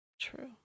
True